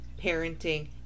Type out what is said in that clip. parenting